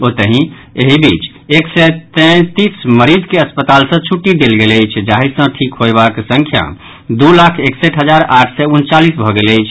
ओतहि एहि बीच एक सय तैंतीस मरीज के अस्पताल सँ छुट्टी देल गेल अछि जाहि सँ ठिक होयबाक संख्या दू लाख एकसठि हजार आठ सय उनचालीस भऽ गेल अछि